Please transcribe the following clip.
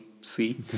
see